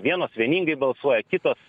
vienos vieningai balsuoja kitos